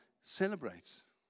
celebrates